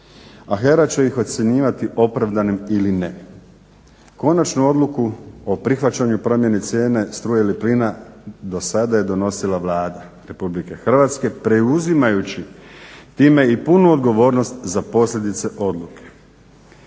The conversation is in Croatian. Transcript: a HERA će ih ocjenjivati opravdanim ili ne. Konačnu odluku o prihvaćanju promjene cijene struje ili plina do sada je donosila Vlada RH preuzimajući time i punu odgovornost za posljedice odluke.